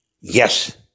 yes